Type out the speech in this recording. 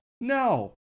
No